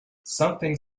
something